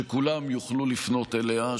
שכולם יוכלו לפנות אליה,